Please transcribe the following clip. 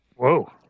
Whoa